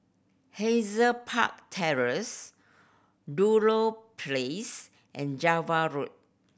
Hazel Park Terrace Ludlow Place and Java Road